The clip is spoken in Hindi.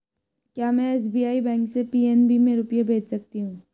क्या में एस.बी.आई बैंक से पी.एन.बी में रुपये भेज सकती हूँ?